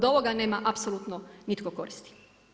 Od ovoga nema apsolutno nitko koristi.